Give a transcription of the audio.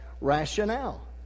rationale